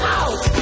out